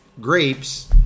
grapes